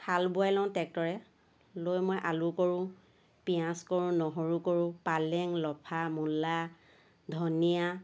হাল বোৱাই লওঁ ট্ৰেক্টৰে লৈ মই আলু কৰোঁ পিঁয়াজ কৰোঁ নহৰু কৰোঁ পালেং লফা মূলা ধনিয়া